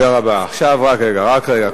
רק רגע.